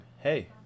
hey